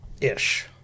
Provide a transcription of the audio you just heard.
ish